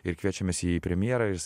ir kviečiam mes jį į premjerą ir jis